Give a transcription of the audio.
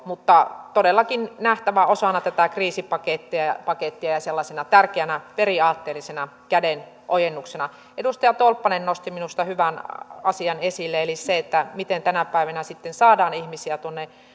mutta se on todellakin nähtävä osana tätä kriisipakettia ja ja sellaisena tärkeänä periaatteellisena kädenojennuksena edustaja tolppanen nosti minusta hyvän asian esille eli sen miten tänä päivänä sitten saadaan ihmisiä tuonne